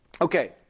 Okay